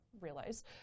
realize